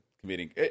committing